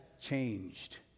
changed